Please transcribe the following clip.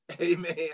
Amen